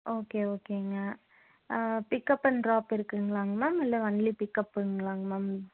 okay ஓகேங்க pickup and drop இருக்குதுங்ளாங் மேம் இல்லை ஒன்லி பிக்கப்புங்ளாங்க மேம்